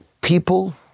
people